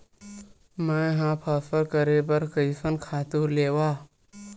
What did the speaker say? मैं ह फसल करे बर कइसन खातु लेवां?